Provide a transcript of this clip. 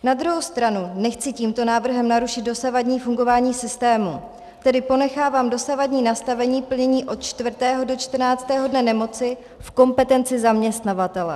Na druhou stranu nechci tímto návrhem narušit dosavadní fungování systému, tedy ponechávám dosavadní nastavení plnění od čtvrtého do čtrnáctého dne nemoci v kompetenci zaměstnavatele.